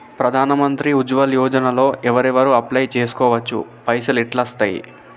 ప్రధాన మంత్రి ఉజ్వల్ యోజన లో ఎవరెవరు అప్లయ్ చేస్కోవచ్చు? పైసల్ ఎట్లస్తయి?